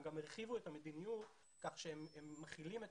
הם גם הרחיבו את המדיניות כך שהם מחילים את